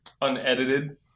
Unedited